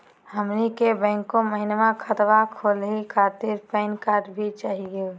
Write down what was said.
हमनी के बैंको महिना खतवा खोलही खातीर पैन कार्ड भी चाहियो?